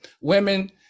Women